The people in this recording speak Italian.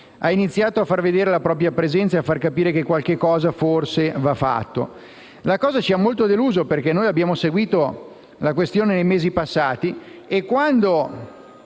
ha iniziato a farsi vedere presente e a far capire che qualcosa forse va fatto. La cosa ci ha molto deluso, perché abbiamo seguito la questione nei mesi passati. E, quando